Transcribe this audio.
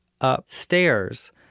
upstairs—